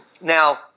Now